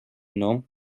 nom